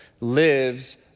lives